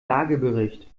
lagebericht